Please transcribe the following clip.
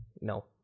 no